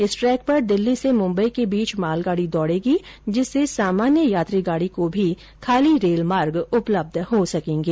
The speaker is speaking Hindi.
इस ट्रैक परे दिल्ली से मुंबई के बीच मालगाड़ी दौड़ेगी जिससे सामान्य यात्री गाड़ी को भी खाली रेलमार्ग उपलब्ध हो सकेंगे